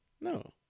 No